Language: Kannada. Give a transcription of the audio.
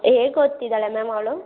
ಹೇಗ್ ಓದ್ತಿದ್ದಾಳೆ ಮ್ಯಾಮ್ ಅವಳು